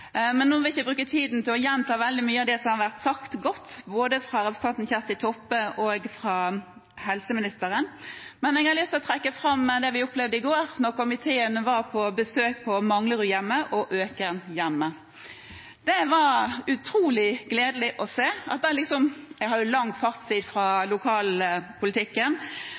Nå vil ikke jeg bruke tiden til å gjenta veldig mye av det som har vært sagt godt både fra representanten Kjersti Toppe og fra helseministeren. Men jeg har lyst til å trekke fram det vi opplevde i går, da komiteen var på besøk på Manglerudhjemmet og Økernhjemmet. Det var utrolig gledelig å se. Jeg har jo lang fartstid fra lokalpolitikken,